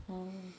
oh